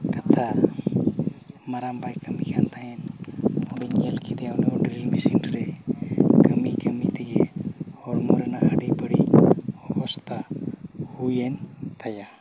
ᱠᱟᱛᱷᱟ ᱢᱟᱨᱟᱝᱵᱟᱭ ᱠᱟᱹᱢᱤ ᱠᱟᱱ ᱛᱟᱦᱮᱸᱫ ᱩᱱᱤᱧ ᱧᱮᱞᱠᱮᱫᱮᱭᱟ ᱩᱱᱤ ᱦᱚᱸ ᱰᱨᱤᱞ ᱢᱤᱥᱤᱱ ᱨᱮ ᱠᱟᱹᱢᱤ ᱠᱟᱹᱢᱤ ᱛᱮᱜᱮ ᱦᱚᱲᱢᱚ ᱨᱮᱱᱟᱜ ᱟᱹᱰᱤ ᱵᱟᱹᱥᱤᱡ ᱚᱵᱚᱥᱛᱷᱟ ᱦᱩᱭᱮᱱ ᱛᱟᱭᱟ